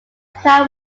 plan